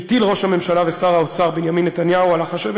הטיל ראש הממשלה ושר האוצר בנימין נתניהו על החשבת